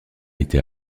été